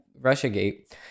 Russiagate